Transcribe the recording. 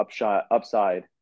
upside